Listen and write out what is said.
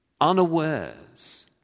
unawares